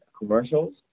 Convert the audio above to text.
commercials